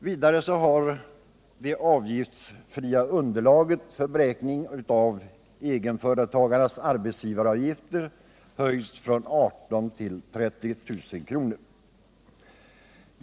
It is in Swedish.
Vidare har det avgiftsfria underlaget för beräkning av egenföretagarnas arbetsgivaravgifter höjts från 18 000 till 30 000 kr.